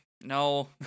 no